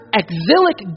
exilic